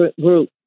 group